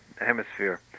hemisphere